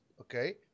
okay